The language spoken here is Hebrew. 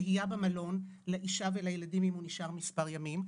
שהייה במלון לאישה ולילדים אם הוא נשאר מספר ימים.